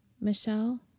Michelle